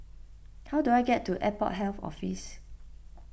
how do I get to Airport Health Office